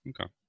Okay